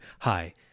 Hi